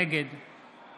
נגד